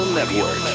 Network